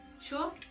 Sure